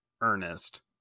Ernest